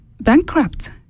bankrupt